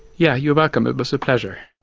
yeah you're welcome, it was a pleasure.